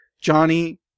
Johnny